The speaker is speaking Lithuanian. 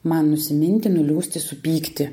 man nusiminti nuliūsti supykti